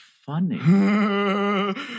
funny